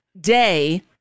day